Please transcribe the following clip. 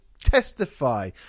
Testify